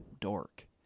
dork